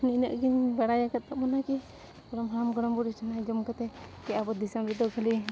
ᱱᱤᱱᱟᱹᱜ ᱜᱤᱧ ᱵᱟᱰᱟᱭ ᱟᱠᱟᱫ ᱛᱟᱵᱚᱱᱟ ᱠᱤ ᱜᱚᱲᱚᱢ ᱦᱟᱲᱟᱢ ᱜᱚᱲᱚᱢ ᱵᱩᱰᱷᱤ ᱴᱷᱮᱱ ᱟᱸᱡᱚᱢ ᱠᱟᱛᱮᱫ ᱠᱤ ᱟᱵᱚ ᱫᱤᱥᱚᱢ ᱨᱮᱫᱚ ᱠᱷᱟᱹᱞᱤ